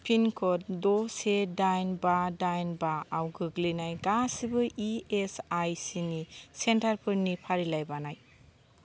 पिनकड द से दाइन बा दाइन बा आव गोग्लैनाय गासिबो इएसआइसि नि सेन्टारफोरनि फारिलाइ बानाय